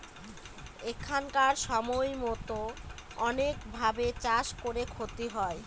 এখানকার সময়তো অনেক ভাবে চাষ করে ক্ষতি হয়